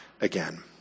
again